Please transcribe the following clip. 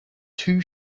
two